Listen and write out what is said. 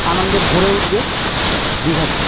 আনন্দে ভরে উঠবে দীঘাতে